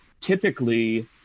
typically